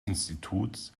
instituts